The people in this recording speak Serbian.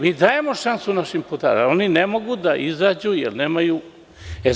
Mi dajemo šansu našim putarima, ali oni ne mogu da izađu jer nemaju sa čim.